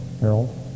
Harold